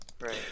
right